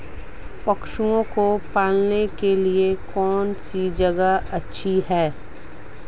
पशुओं के पालन के लिए कौनसी जगह अच्छी है?